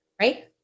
Right